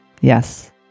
Yes